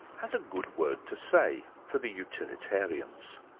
has a good word to say for the utilitarians.